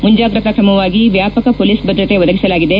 ಮುಂಜಾಗ್ರತಾ ಕ್ರಮವಾಗಿ ವ್ಯಾಪಕ ಪೋಲಿಸ್ ಭದ್ರತೆ ಒದಗಿಸಲಾಗಿದೆ